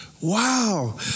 Wow